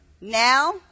now